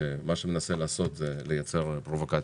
שמה שהוא מנסה לעשות זה לייצר פרובוקציות.